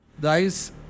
Guys